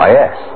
yes